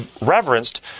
reverenced